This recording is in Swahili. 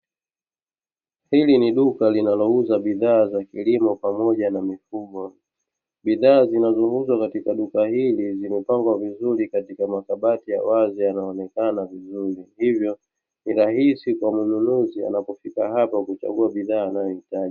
Hili ni duka linalouza bidhaa za kilimo pamoja na mifugo. Bidhaa zinazouzwa katika duka hili, zimepangwa vizuri katika makabati ya wazi yanayoonekana vizuri. Hivyo ni rahisi kwa mnunuzi anapofika hapa kuchagua bidhaa anayohitaji.